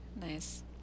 Nice